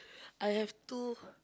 I have two